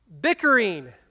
bickering